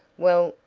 well,